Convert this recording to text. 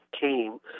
came